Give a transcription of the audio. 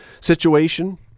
situation